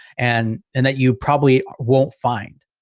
and and that you probably won't find,